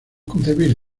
concebir